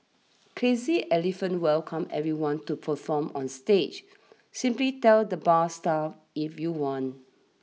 Crazy Elephant welcomes everyone to perform on stage simply tell the bar staff if you want